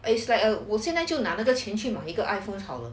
it's like err 我现在就拿了个钱去买一个 iphone 好了